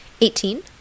Eighteen